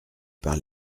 par